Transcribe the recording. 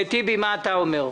טיבי, מה אתה אומר?